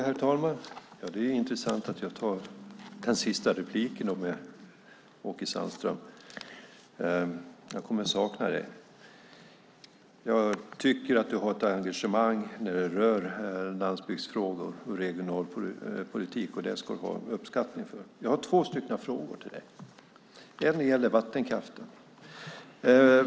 Herr talman! Det är intressant att det är en av de sista replikerna med dig, Åke Sandström. Jag kommer att sakna dig. Du har ett engagemang när det gäller landsbygdsfrågor och regionalpolitik, och det ska du ha uppskattning för. Jag har två frågor till dig. Den ena gäller vattenkraften.